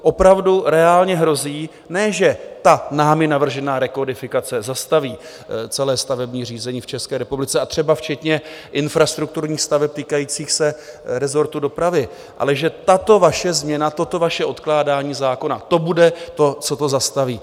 Opravdu reálně hrozí, ne že ta navržená rekodifikace zastaví celé stavební řízení v České republice a třeba včetně infrastrukturních staveb týkajících se rezortu dopravy, ale že tato vaše změna, toto vaše odkládání zákona bude to, co to zastaví.